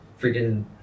freaking